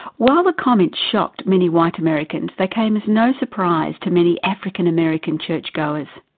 while the comments shocked many white americans they came as no surprise to many african-american churchgoers.